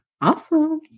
Awesome